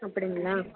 அப்படிங்களா